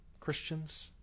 Christians